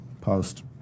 post